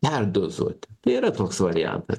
perdozuot tai yra toks variantas